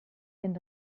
den